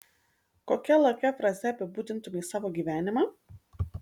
kokia lakia fraze apibūdintumei savo gyvenimą